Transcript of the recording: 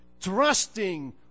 trusting